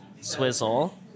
swizzle